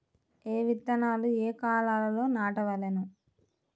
ఏ విత్తనాలు ఏ కాలాలలో నాటవలెను?